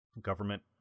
government